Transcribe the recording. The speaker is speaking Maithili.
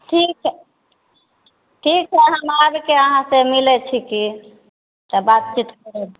ठीक हैै ठीक है हम आबै छी अहाँ से मिलै छिकी तऽ बातचीत करब